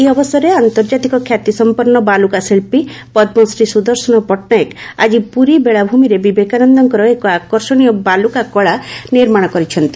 ଏହି ଅବସରରେ ଆନ୍ତର୍ଜାତିକ ଖ୍ୟାତିସମ୍ମନ୍ନ ବାଲୁକା ଶିଚ୍ଚୀ ପଦ୍ମଶ୍ରୀ ସୁଦର୍ଶନ ପଟନାୟକ ଆଜି ପୁରୀ ବେଳାଭ୍ରମିରେ ବିବେକାନନ୍ଦଙ୍କର ଏକ ଆକର୍ଷଣୀୟ ବାଲ୍କକା କଳା ନିର୍ମାଣ କରିଛନ୍ତି